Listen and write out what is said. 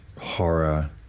horror